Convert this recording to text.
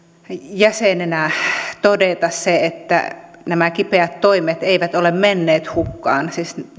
jäsenenä on todellakin lohdullista todeta se että nämä kipeät toimet eivät ole menneet hukkaan